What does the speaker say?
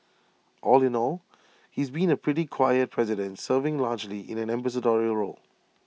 all in all he's been A pretty quiet president serving largely in an ambassadorial role